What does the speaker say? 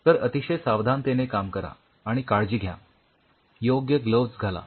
तर अतिशय सावधानतेने काम करा आणि काळजी घ्या योग्य ग्लोव्हज घाला